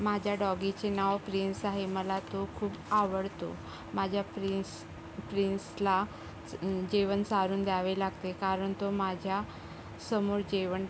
माझ्या डॉगीचे नाव प्रिन्स आहे मला तो खूप आवडतो माझ्या प्रिन्स प्रिन्सला च जेवण चारून द्यावे लागते कारण तो माझ्या समोर जेवण